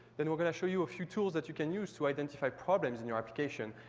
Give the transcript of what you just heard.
then we're going to show you a few tools that you can use to identify problems in your application,